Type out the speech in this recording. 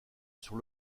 sur